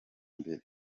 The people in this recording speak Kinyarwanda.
mbere